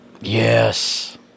Yes